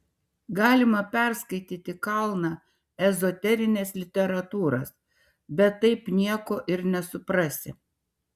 galima perskaityti kalną ezoterinės literatūros bet taip nieko ir nesuprasti